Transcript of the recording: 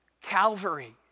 Calvary